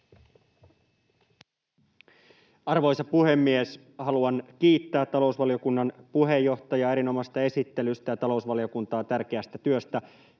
Arvoisa puhemies! Haluan kiittää talousvaliokunnan puheenjohtajaa erinomaisesta esittelystä ja talousvaliokuntaa tärkeästä työstä